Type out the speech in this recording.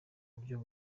buryo